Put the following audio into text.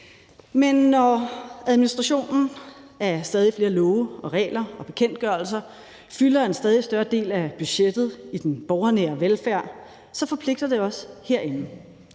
men når administrationen af stadig flere love og regler og bekendtgørelser fylder en stadig større del af budgettet i den borgernære velfærd, forpligter det også herinde.